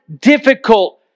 difficult